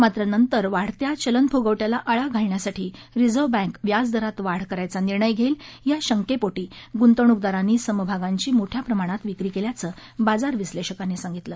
मात्र नंतर वाढत्या चलनफुगव िवाला आळा घालण्यासाठी रिझर्व्ह बँक व्याजदरात वाढ करण्याचा निर्णय घेईल या शंकेपोीी गुंतवणूकदारांनी समभागांची मोठ्या प्रमाणात विक्री केल्याचं बाजार विस्पेषकांनी सांगितलं